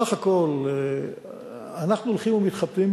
בסך הכול אנחנו הולכים ומתחבטים,